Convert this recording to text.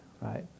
right